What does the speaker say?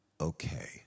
okay